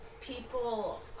people